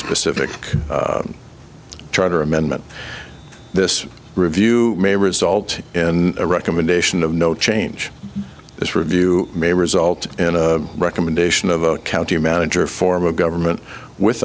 specific charter amendment this review may result in a recommendation of no change this review may result in a recommendation of a county manager form of government with